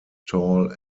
tall